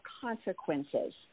consequences